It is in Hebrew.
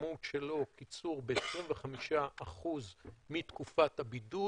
המשמעות שלו קיצור ב-25% מתקופת הבידוד.